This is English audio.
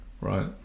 right